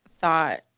thought